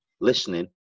listening